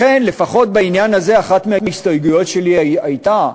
לכן, לפחות בעניין הזה אחת מההסתייגות שלי הייתה,